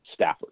staffers